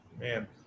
Man